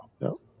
no